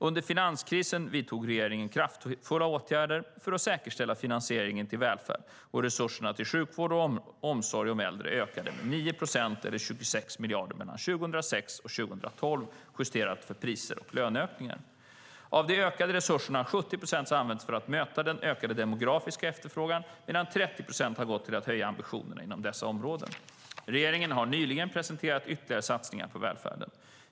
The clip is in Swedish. Under finanskrisen vidtog regeringen kraftfulla åtgärder för att säkerställa finansieringen till välfärden, och resurserna till sjukvård och omsorg om äldre ökade med ca 9 procent eller 26 miljarder mellan 2006 och 2012, justerat för pris och löneökningar. Av de ökade resurserna har 70 procent använts för att möta den ökade demografiska efterfrågan, medan 30 procent har gått till att höja ambitionerna inom dessa områden. Regeringen har nyligen presenterat ytterligare satsningar på välfärden.